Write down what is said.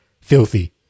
filthy